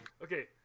Okay